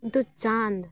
ᱱᱤᱛᱳᱜ ᱪᱟᱸᱫᱽ